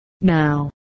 Now